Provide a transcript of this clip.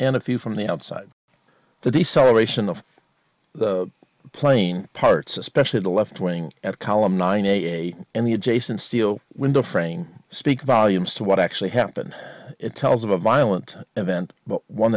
and a few from the outside the deceleration of the plane parts especially the left wing at column nine a and the adjacent steel window frame speaks volumes to what actually happened it tells of a violent event but one